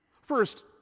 First